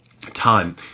time